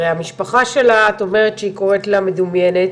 הרי המשפחה שלה את אומרת שהיא קוראים לה "מדומיינת",